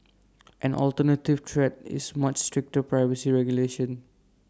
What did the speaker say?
an alternative threat is much stricter privacy regulation